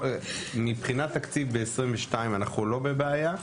בתקציב 2022 אנחנו לא בבעיה.